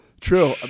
True